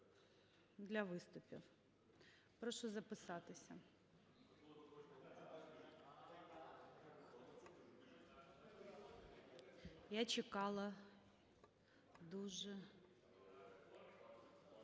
Я чекала дуже.